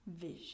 vision